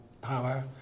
power